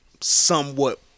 somewhat